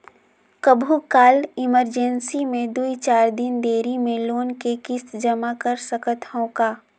कभू काल इमरजेंसी मे दुई चार दिन देरी मे लोन के किस्त जमा कर सकत हवं का?